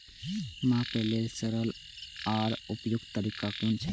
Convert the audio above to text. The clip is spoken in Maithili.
मापे लेल सरल आर उपयुक्त तरीका कुन छै?